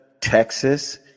Texas